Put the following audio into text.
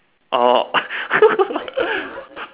or